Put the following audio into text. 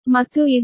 ಮತ್ತು ಇದು j0